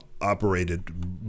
operated